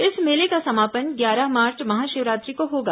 इस मेले का समापन ग्यारह मार्च महाशिवरात्रि को होगा